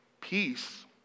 Peace